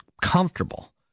comfortable